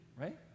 right